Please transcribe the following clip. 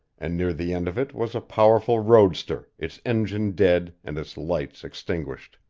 and near the end of it was a powerful roadster, its engine dead and its lights extinguished.